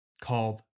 called